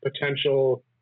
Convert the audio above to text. potential